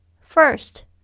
first